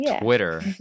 twitter